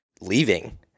leaving